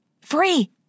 Free